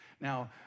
Now